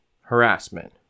harassment